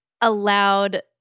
allowed